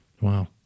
Wow